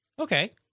Okay